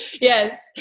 Yes